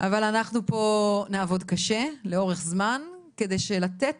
אבל אנחנו פה נעבוד קשה לאורך מן על מנת לתת